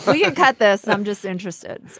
so yeah at this. i'm just interested.